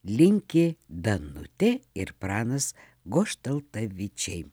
linki danutė ir pranas goštaltavičiai